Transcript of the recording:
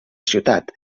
ciutat